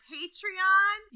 Patreon